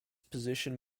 position